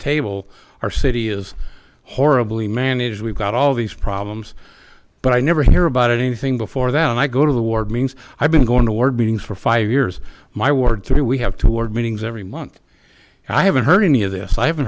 table our city is horribly managed we've got all these problems but i never hear about anything before that and i go to the ward means i've been going toward meetings for five years my word through we have toward meetings every month i haven't heard any of this i haven't